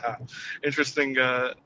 Interesting